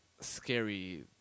scary